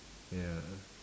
ya